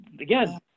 Again